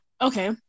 okay